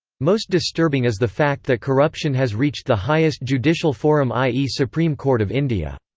most disturbing is the fact that corruption has reached the highest judicial forum i e. supreme court of india.